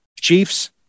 Chiefs